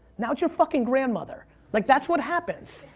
now it's your fucking grandmother. like that's what happens.